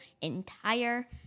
entire